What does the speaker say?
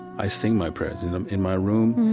i sing my prayers and um in my room,